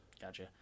Gotcha